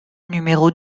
numéro